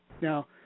Now